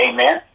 Amen